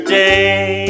day